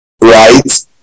right